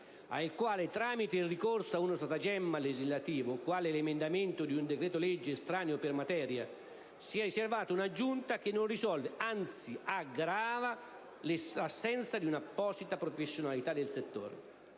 al quale - tramite il ricorso ad uno stratagemma legislativo, quale l'emendamento di un decreto-legge estraneo per materia - si è riservata un'aggiunta che non risolve, anzi aggrava, l'assenza di una apposita professionalità del settore.